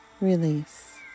release